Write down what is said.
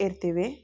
ಇರ್ತೀವಿ